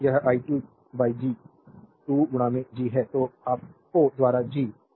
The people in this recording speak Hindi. यह i2 G2 2 G है जो कि आपके द्वारा G o है